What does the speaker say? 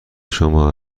شما